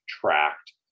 tracked